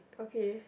okay